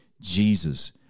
Jesus